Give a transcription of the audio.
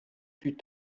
plus